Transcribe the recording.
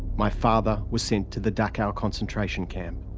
my father was sent to the dachau concentration camp.